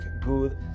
good